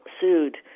sued